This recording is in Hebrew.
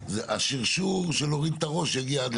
אז השרשור של להוריד את הראש יגיע עד למעלה.